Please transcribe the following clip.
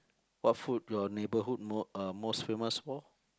what food your neighbourhood mo~ uh most famous for